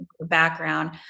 background